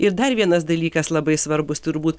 ir dar vienas dalykas labai svarbus turbūt